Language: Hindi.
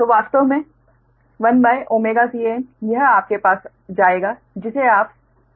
तो वास्तव में 1Can यह आपके पास जाएगा जिसे आप अंश कहते हैं